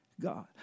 God